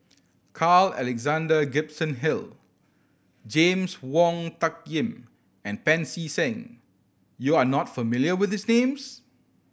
Carl Alexander Gibson Hill James Wong Tuck Yim and Pancy Seng you are not familiar with these names